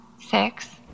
Six